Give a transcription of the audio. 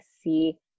see